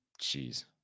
Jeez